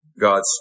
God's